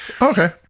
Okay